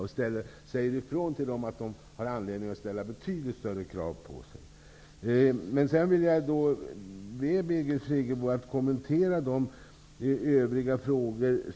Det är viktigt att vi säger ifrån med innebörden att det finns anledning för dem att ställa betydligt större krav på sig själva. Jag ber också Birgit Friggebo att kommentera mina övriga frågor.